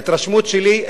ההתרשמות שלי,